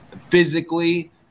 physically